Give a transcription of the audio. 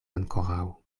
ankoraŭ